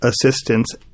assistance